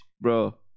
Bro